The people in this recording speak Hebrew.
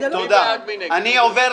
אני לא רוצה,